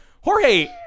Jorge